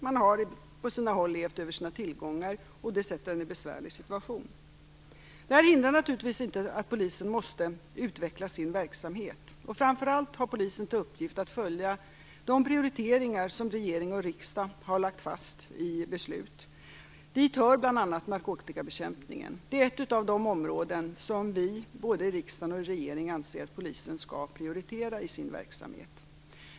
Man har på sina håll levt över sina tillgångar, och det försätter polisen i en besvärlig situation. Detta hindrar givetvis inte att polisen måste utveckla sin verksamhet. Framför allt har polisen i uppgift att följa de prioriteringar som regering och riksdag lagt fast i beslut. Dit hör bl.a. narkotikabekämpningen. Den är ett av de områden som både riksdag och regering anser att polisen skall prioritera i sin verksamhet.